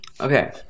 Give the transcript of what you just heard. Okay